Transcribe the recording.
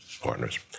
partners